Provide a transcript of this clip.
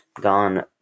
gone